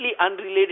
unrelated